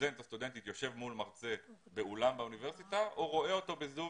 סטודנט או סטודנטית יושב מול מרצה באולם באוניברסיטה או רואה אותו ב-זום